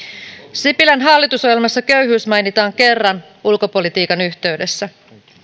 sipilän hallitusohjelmassa köyhyys mainitaan kerran ulkopolitiikan yhteydessä